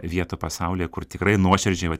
vietų pasaulyje kur tikrai nuoširdžiai vat